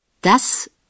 Das